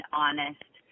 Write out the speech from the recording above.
honest